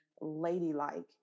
ladylike